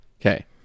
Okay